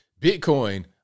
Bitcoin